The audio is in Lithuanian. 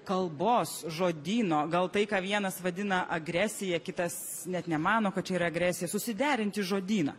kalbos žodyno gal tai ką vienas vadina agresija kitas net nemano kad čia yra agresija ir susiderinti žodyną